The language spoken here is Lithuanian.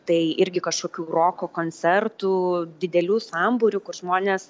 tai irgi kažkokių roko koncertų didelių sambūrių kur žmonės